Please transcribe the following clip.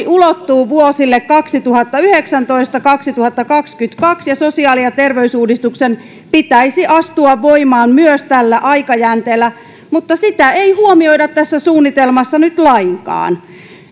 ulottuu vuosille kaksituhattayhdeksäntoista viiva kaksituhattakaksikymmentäkaksi ja sosiaali ja terveysuudistuksen pitäisi myös astua voimaan tällä aikajänteellä mutta sitä ei huomioida tässä suunnitelmassa nyt lainkaan